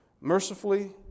Mercifully